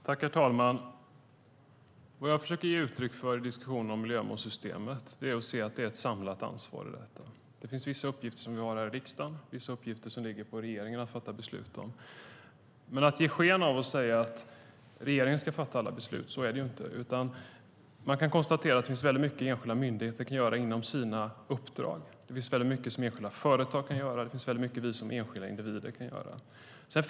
Herr talman! Vad jag försöker ge uttryck för i diskussionen om miljömålssystemet är att det är ett samlat ansvar. Vissa uppgifter har vi här i riksdagen, och vissa uppgifter ligger på regeringen att fatta beslut om. Men att ge sken av att regeringen ska fatta alla beslut är fel. Det finns mycket som enskilda myndigheter kan göra inom sina uppdrag, det finns mycket som enskilda företag kan göra och det finns mycket som vi som enskilda individer kan göra.